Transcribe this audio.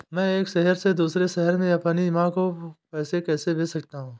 मैं एक शहर से दूसरे शहर में अपनी माँ को पैसे कैसे भेज सकता हूँ?